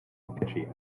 catchy